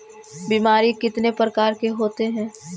बीमारी कितने प्रकार के होते हैं?